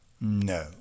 No